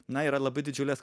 na yra labai didžiulės